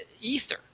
ether